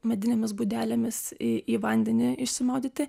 medinėmis būdelėmis į į vandenį išsimaudyti